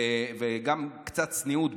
וגם קצת צניעות,